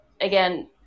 again